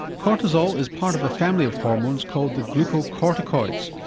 cortisol is part of a family of hormones called the glucocorticoids,